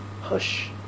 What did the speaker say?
Hush